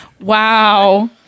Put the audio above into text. Wow